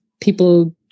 people